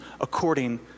according